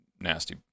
nasty